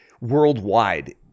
worldwide